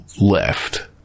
left